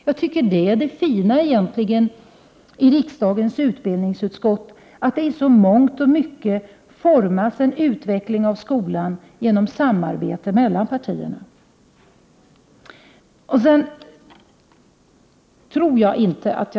Jag tycker egentligen att det fina med arbetet i riksdagens utbildningsutskott är att vi åstadkommer en utveckling av skolan genom samarbete mellan partierna.